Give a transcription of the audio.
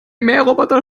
mähroboter